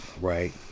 Right